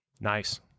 Nice